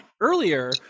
earlier